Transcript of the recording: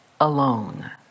alone